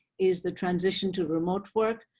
is the transition to remote work.